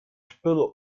spullen